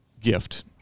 gift